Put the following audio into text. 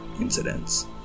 incidents